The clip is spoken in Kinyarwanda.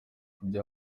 kubyo